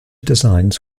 designs